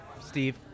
Steve